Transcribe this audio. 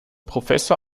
professor